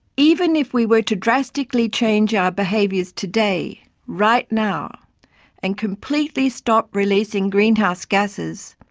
even if we were to drastically change our behaviours today right now and completely stop releasing greenhouse gases,